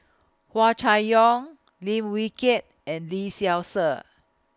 Hua Chai Yong Lim Wee Kiak and Lee Seow Ser